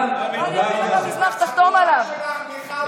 איך אתה נותן לאנשים שהם לא ליכודניקים להשתלט לך על המפלגה?